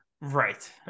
right